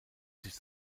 sich